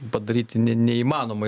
padaryti ne neįmanomais